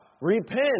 Repent